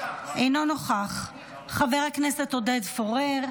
אינו נוכח, חבר הכנסת עודד פורר,